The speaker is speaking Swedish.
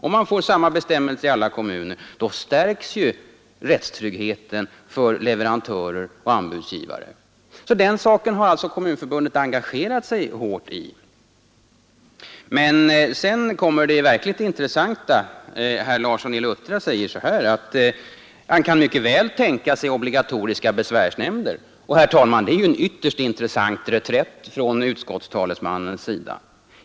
Om man får samma bestämmelser i alla kommuner stärks ju också rättstryggheten för leverantörer och anbudsgivare. Det är en sak som Kommunförbundet som sagt har engagerat sig hårt i. Men sedan sade herr Larsson i Luttra något verkligt intressant, nämligen att han mycket väl kan tänka sig obligatoriska besvärsnämnder. Det var en mycket markant reträtt från utskottstalesmannens sida.